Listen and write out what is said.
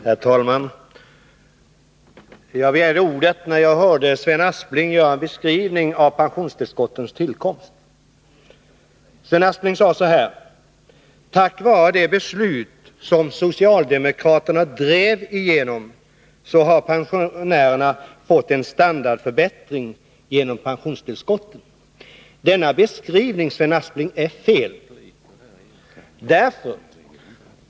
Herr talman! Jag begärde ordet när jag hörde Sven Aspling beskriva pensionstillskottens tillkomst. Han sade så här: Tack vare de beslut som socialdemokraterna drev igenom har pensionärerna fått en standardförbättring genom pensionstillskotten. Men denna beskrivning, Sven Aspling är fel.